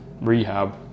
rehab